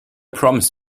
promised